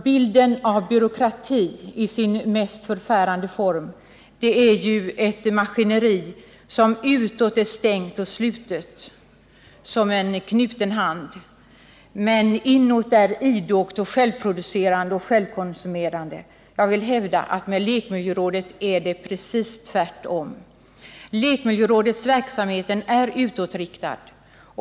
Bilden av byråkrati i dess mest förfärande form är ett maskineri som utåt är stängt och slutet som en knuten hand, men som inåt är idogt och självproducerande och självkonsumerande. Jag vill hävda att med lekmiljörådet är det precis tvärtom. Lekmiljörådets verksamhet är utåtriktad.